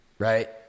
Right